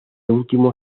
último